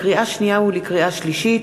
לקריאה שנייה ולקריאה שלישית: